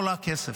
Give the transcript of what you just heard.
ומלחמה עולה כסף.